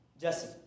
Jesse